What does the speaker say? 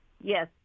Yes